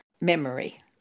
memory